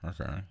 okay